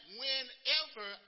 whenever